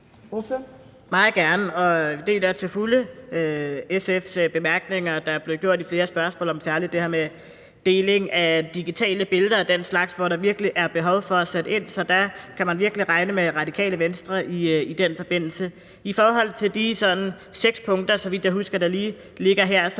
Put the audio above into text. Meget gerne. Jeg deler til fulde de bemærkninger, SF er kommet med i forbindelse med flere spørgsmål om særlig det her med deling af digitale billeder og den slags, hvor der virkelig er behov for at sætte ind. Så man kan virkelig regne med Radikale Venstre i den forbindelse. I forhold til de – så vidt jeg husker – seks punkter, der ligger her,